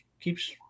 keeps